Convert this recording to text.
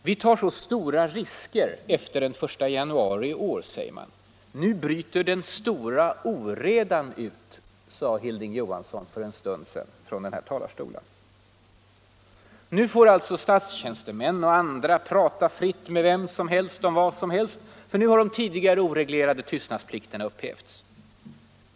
Vi tar så stora risker efter den 1 januari i år, säger man. Nu bryter ”den stora oredan” ut, sade Hilding Johansson för en stund sedan från denna talarstol. Nu får statstjänstemän och andra prata fritt med vem som helst om vad som helst, ty nu har de tidigare oreglerade tystnadsplikterna upphävts.